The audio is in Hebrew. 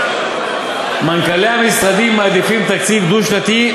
מנכ"לי המשרדים מעדיפים תקציב דו-שנתי.